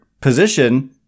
Position